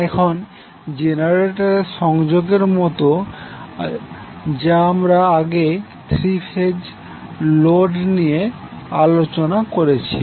এখন জেনারেটর সংযোগের মতো যা আমরা আগে থ্রী ফেজ লোড নিয়ে আলোচনা করেছি